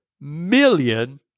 million